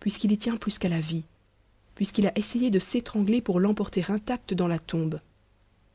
puisqu'il y tient plus qu'à la vie puisqu'il a essayé de s'étrangler pour l'emporter intact dans la tombe